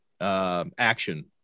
action